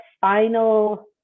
final